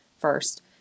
first